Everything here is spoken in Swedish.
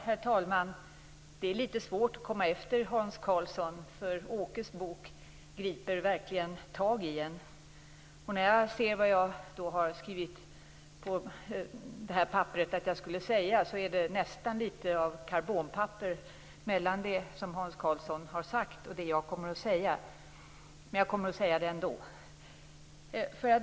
Herr talman! Det är litet svårt att komma efter Hans Karlsson. Åkes Bok griper verkligen tag i en. När jag på detta papper ser vad jag har skrivit att jag skall säga, är det nästan litet av karbonpapper mellan det Hans Karlsson har sagt och det jag kommer att säga. Men jag kommer att säga det ändå.